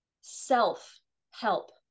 self-help